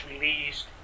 released